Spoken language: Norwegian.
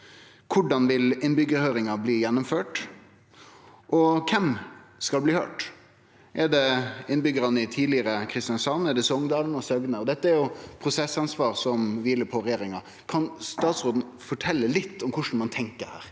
korleis vil innbyggjarhøyringa bli gjennomført, og kven skal bli høyrt? Er det innbyggjarane i tidlegare Kristiansand? Er det Songdalen og Søgne? Dette er eit prosessansvar som kviler på regjeringa. Kan statsråden fortelje litt om korleis ein tenkjer?